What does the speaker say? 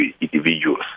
individuals